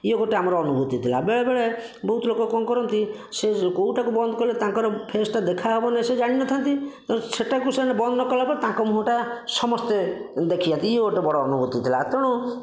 ଇଏ ଗୋଟିଏ ଆମର ଅନୁଭୂତି ଥିଲା ବେଳେବେଳେ ବହୁତ ଲୋକ କଣ କରନ୍ତି ସେ କେଉଁଟାକୁ ବନ୍ଦ କଲେ ତାଙ୍କର ଫେସ୍ଟା ଦେଖାହବନି ସେ ଜାଣିନଥାନ୍ତି ତେଣୁ ସେଟାକୁ ସେମାନେ ବନ୍ଦ ନ କଲା ପରେ ତାଙ୍କ ମୁହଁଟା ସମସ୍ତେ ଦେଖିବା ଇଏ ଗୋଟିଏ ବଡ଼ ଅନୁଭୂତି ଥିଲା ତେଣୁ